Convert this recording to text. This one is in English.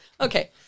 Okay